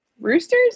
Roosters